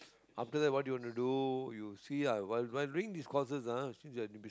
after that what you want to do you see ah well while doing these courses ah since